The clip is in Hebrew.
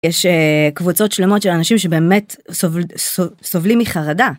יש קבוצות שלמות של אנשים שבאמת סובלים מחרדה.